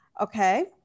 okay